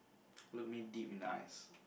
look me deep in the eyes